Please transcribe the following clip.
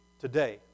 today